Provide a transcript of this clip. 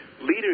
Leaders